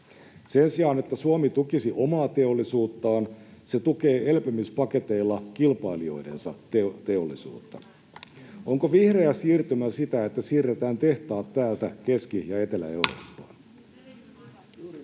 Sen sijaan, että Suomi tukisi omaa teollisuuttaan, se tukee elpymispaketeilla kilpailijoidensa teollisuutta. Onko vihreä siirtymä sitä, että siirretään tehtaat täältä Keski- ja Etelä-Eurooppaan?